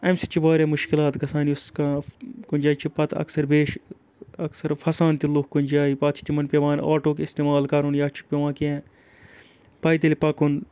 اَمہِ سۭتۍ چھِ واریاہ مُشکِلات گژھان یُس کانٛہہ کُنہِ جایہِ چھِ پَتہٕ اَکثر بیش اَکثَر پھسان تہِ لُکھ کُنہِ جایہِ پَتہٕ چھِ تِمَن پٮ۪وان آٹوُک اِستعمال کَرُن یا چھُ پٮ۪وان کیٚنٛہہ پیدٔلۍ پَکُن